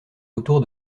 autour